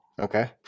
Okay